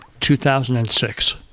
2006